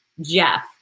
Jeff